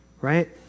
right